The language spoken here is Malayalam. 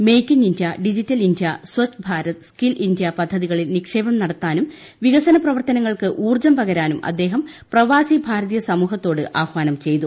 make in India digital India Swachh ക്ട്രിക്ക് സ്കിൽ ഇന്ത്യ പദ്ധതികളിൽ നിക്ഷേപം നടത്താനും വികസ്ന് പ്രവർത്തനങ്ങൾക്ക് ഊർജ്ജം പകരാനും അദ്ദേഹം പ്രവാസി ഭാരത്വീയിട്ട് ൻമൂഹത്തോട് ആഹ്വാനം ചെയ്തു